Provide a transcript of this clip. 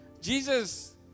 Jesus